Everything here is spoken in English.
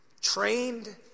Trained